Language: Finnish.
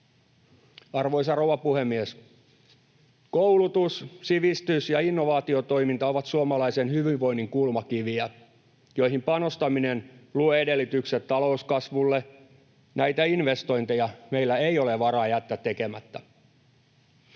Arvoisa rouva puhemies! Koulutus, sivistys ja innovaatiotoiminta ovat suomalaisen hyvinvoinnin kulmakiviä, joihin panostaminen luo edellytykset talouskasvulle. Näitä investointeja meillä ei ole varaa jättää tekemättä.